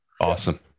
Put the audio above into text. awesome